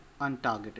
untargeted